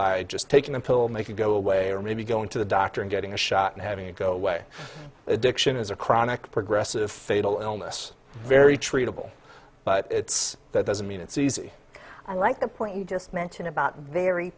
by just taking a pill make it go away or maybe going to the doctor and getting a shot and having it go away addiction is a chronic progressive fatal illness very treatable but it's that doesn't mean it's easy unlike the point you just mentioned about very